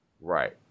Right